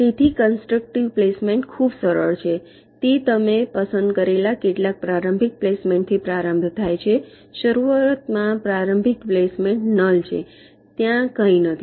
તેથી constructive placement ખૂબ સરળ છે તે તમે પસંદ કરેલા કેટલાક પ્રારંભિક પ્લેસમેન્ટથી પ્રારંભ થાય છે શરૂઆતમાં પ્રારંભિક પ્લેસમેન્ટ નલ છે ત્યાં કંઈ નથી